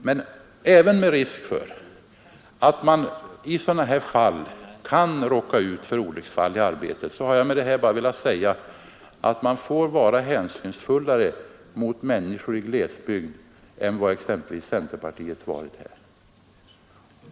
Men även med hänsyn till att man i sådana här fall kan råka ut för olycksfall i arbetet har jag med detta bara velat säga att man får vara hänsynsfullare mot människor i glesbygd än vad exempelvis centerpartiet har varit här.